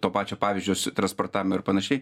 to pačio pavyzdžio transportavimo ir panašiai